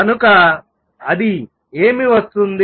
కనుక అది ఏమి వస్తుంది